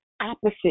opposite